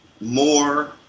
more